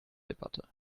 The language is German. debatte